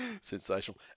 Sensational